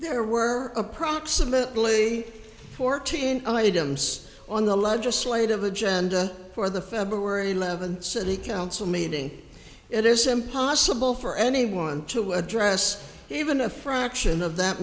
there were approximately fourteen i need i'm still on the legislative agenda for the february eleventh city council meeting it is impossible for anyone to address even a fraction of that